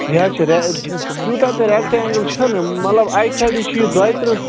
یہِ حظ چھُ ریہ تیٛوٗتاہ تہٕ رٮ۪کٹینٛگٕل چھُنہٕ مطلب اَکہِ سایڈٕ چھُ یہِ دۄیہِ ترٕٛہ